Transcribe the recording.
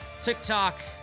TikTok